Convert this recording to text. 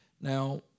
Now